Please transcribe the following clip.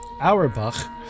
Auerbach